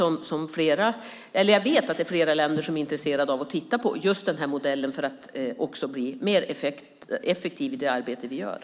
Jag vet att det här är en arbetsmodell som flera länder är intresserade av att titta på för att också bli mer effektiva i det arbete som görs.